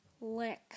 lick